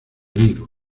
vigo